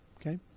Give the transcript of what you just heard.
Okay